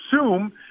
assume